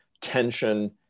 tension